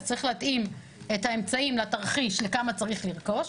אז צריך להתאים את האמצעים לתרחיש לכמה צריך לרכוש,